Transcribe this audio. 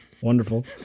Wonderful